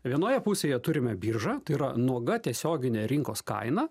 vienoje pusėje turime biržą tai yra nuoga tiesiogine rinkos kaina